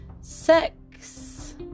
six